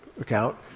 account